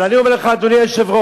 אבל אני אומר לך, אדוני היושב-ראש,